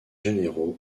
généraux